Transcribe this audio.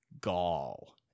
gall